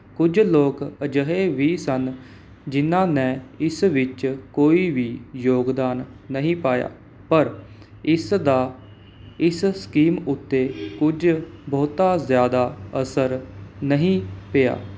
ਕੁਝ ਲੋਕ ਅਜਿਹੇ ਵੀ ਸਨ ਜਿਨਾਂ ਨੇ ਇਸ ਵਿੱਚ ਕੋਈ ਵੀ ਯੋਗਦਾਨ ਨਹੀਂ ਪਾਇਆ ਪਰ ਇਸ ਦਾ ਇਸ ਸਕੀਮ ਉੱਤੇ ਕੁਝ ਬਹੁਤਾ ਜ਼ਿਆਦਾ ਅਸਰ ਨਹੀਂ ਪਿਆ